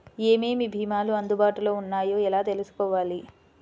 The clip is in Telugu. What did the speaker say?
ఏమేమి భీమాలు అందుబాటులో వున్నాయో ఎలా తెలుసుకోవాలి?